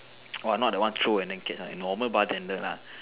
!wah! not the one throw and then catch one normal bartender lah